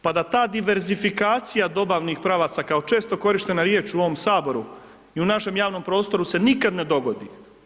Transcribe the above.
Pa da ta dizerfikacija, dobavnih pravaca kao često korištenja riječ u ovom Saboru i u našem javnom prostoru se nikada ne dogodi.